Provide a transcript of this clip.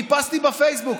חיפשתי בפייסבוק.